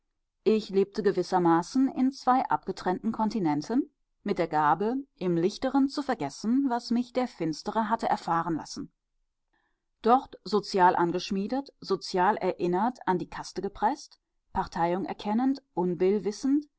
ich lebte gewissermaßen in zwei abgetrennten kontinenten mit der gabe im lichteren zu vergessen was mich der finstere hatte erfahren lassen dort sozial angeschmiedet sozial erinnert an die kaste gepreßt parteiung erkennend